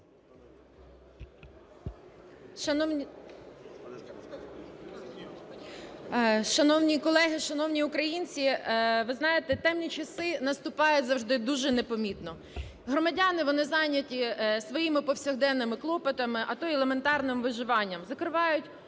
Шановні колеги! Шановні українці! Ви знаєте, темні часи наступають завжди дуже непомітно. Громадяни вони зайняті своїми повсякденними клопотами, а то й елементарним виживанням, закривають